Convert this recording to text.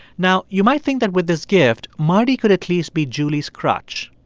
now, you might think that with this gift, marty could at least be julie's crutch,